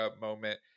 moment